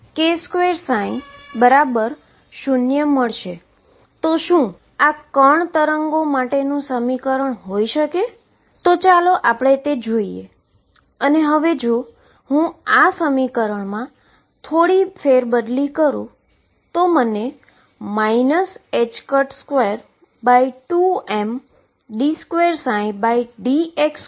તેથી જો હું dψdx લઉં તો તે mωxe mω2ℏx2 બરાબર બનશે અને જો હવે હું જો બીજુ ડેરીવેટીવ d2dx2 લઉં છું તો તે Amω2x2e mω2ℏx2 Amωe mω2ℏx2થશે